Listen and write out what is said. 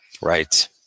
Right